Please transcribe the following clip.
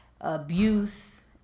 abuse